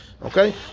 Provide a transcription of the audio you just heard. Okay